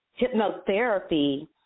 Hypnotherapy